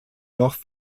noch